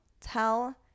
tell